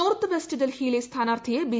north west ഡൽഹിയിലെ സ്ഥാനാർത്ഥിയെ B